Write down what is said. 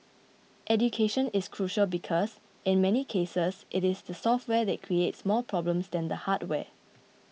education is crucial because in many cases it is the software that creates more problems than the hardware